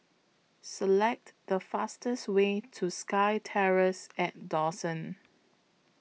Select The fastest Way to SkyTerrace At Dawson